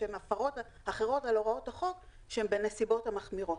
שהם הפרות אחרות על הוראות החוק שהם בנסיבות המחמירות.